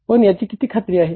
पण याची किती खात्री आहे